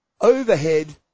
overhead